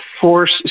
force